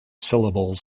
syllables